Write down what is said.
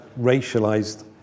racialized